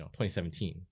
2017